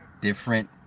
different